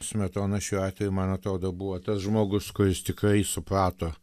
smetona šiuo atveju man atrodo buvo tas žmogus kuris tikrai suprato